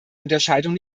unterscheidung